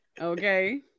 Okay